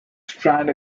strand